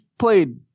Played